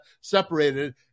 separated